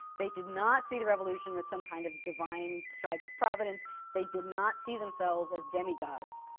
they did not see the revolution as some kind of divine strike of providence they did not see themselves as demigods.